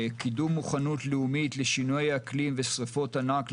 קידום מוכנות לאומית לשינויי אקלים ושריפות ענק,